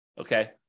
Okay